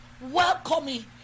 welcoming